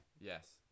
yes